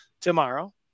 tomorrow